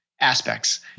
aspects